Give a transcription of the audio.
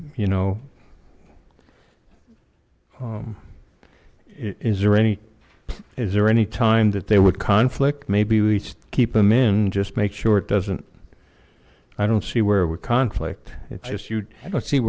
you know is there any is there any time that they would conflict maybe we keep them in just make sure it doesn't i don't see where it would conflict it's just you'd